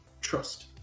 trust